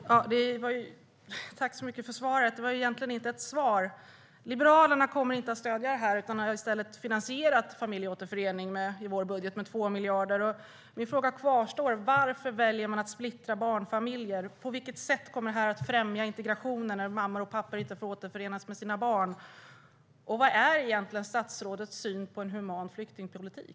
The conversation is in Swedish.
Herr talman! Tack så mycket för svaret! Det var egentligen inte något svar. Liberalerna kommer inte att stödja detta. I vår budget har vi i stället finansierat familjeåterförening med 2 miljarder. Mina frågor kvarstår: Varför väljer man att splittra barnfamiljer? På vilket sätt främjar det integrationen att mammor och pappor inte får återförenas med sina barn? Vad är egentligen statsrådets syn på en human flyktingpolitik?